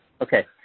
Okay